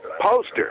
poster